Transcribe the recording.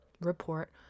report